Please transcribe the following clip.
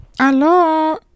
Hello